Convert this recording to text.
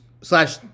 slash